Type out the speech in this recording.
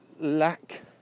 lack